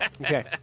Okay